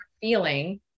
feeling